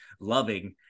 loving